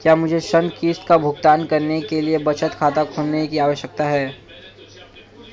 क्या मुझे ऋण किश्त का भुगतान करने के लिए बचत खाता खोलने की आवश्यकता है?